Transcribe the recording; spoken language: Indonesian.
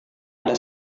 ada